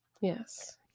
Yes